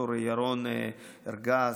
ד"ר ירון ארגז,